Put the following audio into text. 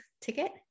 ticket